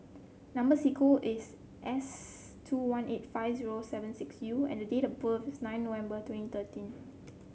number is S two one eight five zero seven six U and date of birth is nine November twenty thirteen